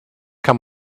kann